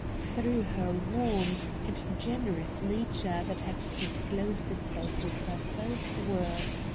through her warm and generous nature that had disclosed itself with her first words,